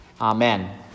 Amen